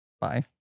Bye